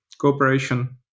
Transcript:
cooperation